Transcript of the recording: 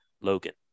Logan